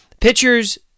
Pitchers